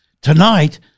tonight